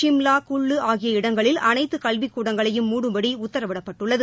சிம்லா குல்லு ஆகிய இடங்களில் அனைத்து கல்விக்கூடங்களையும் மூடும்படி உத்தரவிடப்பட்டுள்ளது